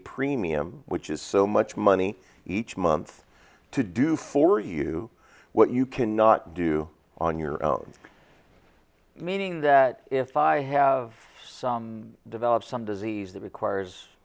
premium which is so much money each month to do for you what you cannot do on your own meaning that if i have some develop some disease that requires